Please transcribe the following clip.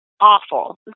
awful